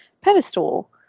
pedestal